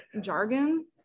jargon